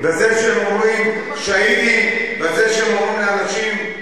בזה שהם אומרים: שהידים, בזה שהם אומרים לאנשים: